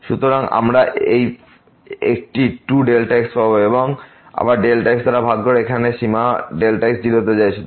সুতরাং আমরা এই একটি 2Δx পাব এবং আবার x দ্বারা ভাগ করে এখানে এবং তারপর সীমা x 0 তে চলে যায়